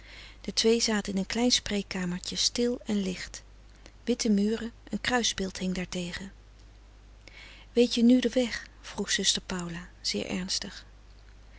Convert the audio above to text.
de twee zaten in een klein spreek kamertje stil en licht witte muren een kruisbeeld hing daartegen weet je nu den weg vroeg zuster paula zeer ernstig